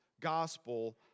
gospel